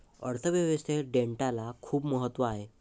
अर्थ व्यवस्थेत डेटाला खूप महत्त्व आहे